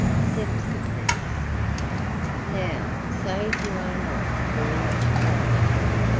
said to the prince now, say if you are not very much obliged to me.